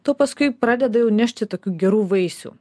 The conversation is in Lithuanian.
tuo paskui pradeda jau nešti tokių gerų vaisių